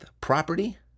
property